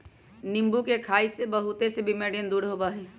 नींबू के खाई से बहुत से बीमारियन दूर होबा हई